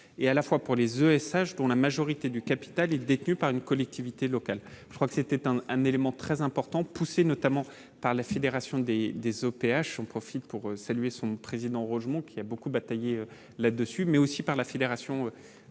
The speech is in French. et à la fois pour les ESH, dont la majorité du capital est détenu par une collectivité locale, je crois que c'était un élément très important, poussé notamment par la Fédération des des OPH en profite pour saluer son président, heureusement qu'il y a beaucoup bataillé là-dessus, mais aussi par la Fédération de